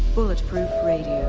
bulletproof radio,